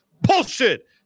Bullshit